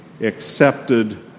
accepted